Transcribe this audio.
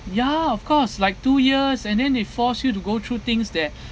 ya of course like two years and then they force you to go through things that